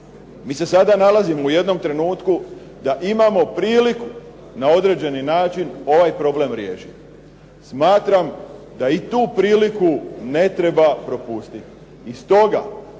Mi se sada nalazimo u jednom trenutku da imamo priliku na određeni način ovaj problem riješiti. Smatram da i tu priliku ne treba propustiti.